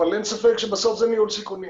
אבל אין ספק שבסוף זה ניהול סיכונים.